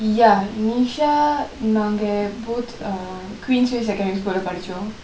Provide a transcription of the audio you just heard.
ya nisha நாங்க:naangka both uh queensway secondary school படிச்சொ:padicho